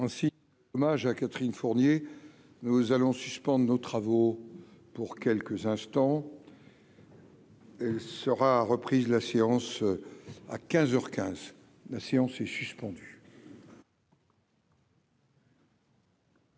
Et. Ainsi hommage à Catherine Fournier nous allons suspendre nos travaux pour quelques instants. Elle sera reprise de la séance à 15 heures 15 la séance est suspendue.